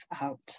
out